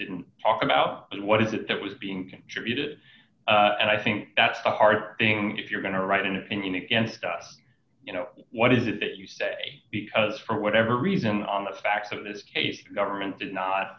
didn't talk about what is it that was being contributed and i think that's a hard thing if you're going to write an opinion against us you know what is it you say because for whatever reason on the facts of this case the government did not